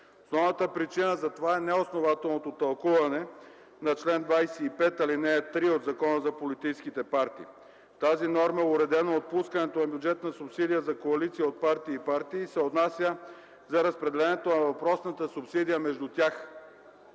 Основната причина за това е неоснователното тълкуване на чл. 25, ал. 3 от Закона за политическите партии. В тази норма е уредено отпускането на бюджетна субсидия за коалиция от партии и партии и се отнася за разпределението на въпросната субсидия между тях.